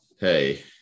hey